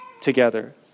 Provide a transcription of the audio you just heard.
together